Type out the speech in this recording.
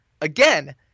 again